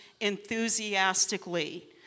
enthusiastically